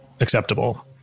acceptable